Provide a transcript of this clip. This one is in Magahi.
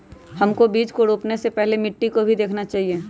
हमको बीज को रोपने से पहले मिट्टी को भी देखना चाहिए?